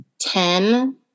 ten